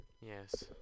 Yes